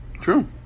True